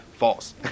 false